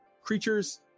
creatures